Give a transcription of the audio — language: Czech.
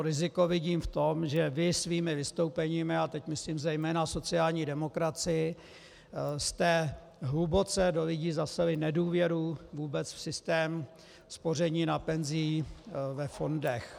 Riziko vidím v tom, že vy svými vystoupeními, a teď myslím zejména sociální demokracii, jste hluboce do lidí zaseli nedůvěru vůbec v systém spoření na penzi ve fondech.